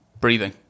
Breathing